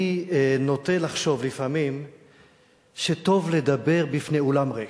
אני נוטה לחשוב לפעמים שטוב לדבר בפני אולם ריק,